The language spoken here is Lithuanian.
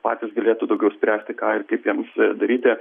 patys galėtų daugiau spręsti ką ir kaip jiems daryti